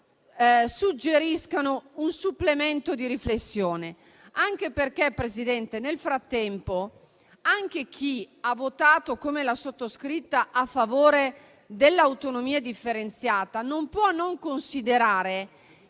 suggeriscano un supplemento di riflessione. Presidente, nel frattempo, anche chi ha votato, come la sottoscritta, a favore dell'autonomia differenziata, non può non considerare